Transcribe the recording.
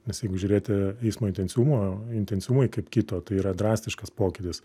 nes jeigu žiūrėti eismo intensyvumo intensyvumai kaip kito tai yra drastiškas pokytis